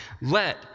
Let